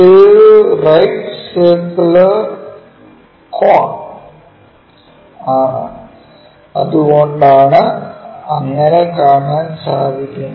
ഇതൊരു right circular cone ആണ് അത് കൂടി കൊണ്ടാണ് അങ്ങിനെ കാണാൻ സാധിക്കുന്നത്